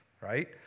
right